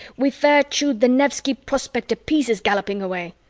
we fair chewed the nevsky prospekt to pieces galloping away.